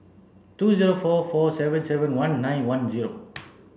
two zero four four seven seven one nine one zero